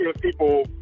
people